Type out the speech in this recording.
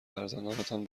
فرزندانتان